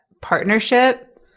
partnership